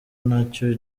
nacyo